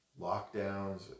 lockdowns